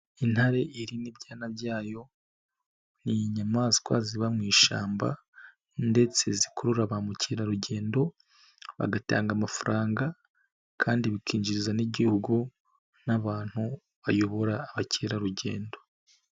Intare iri n'ibyana byayo ni inyamaswa ziba mu ishyamba ndetse zikurura ba mukerarugendo, bagatanga amafaranga kandi bikinjiriza n'Igihugu n'abantu bayobora abakerarugendo.